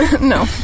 No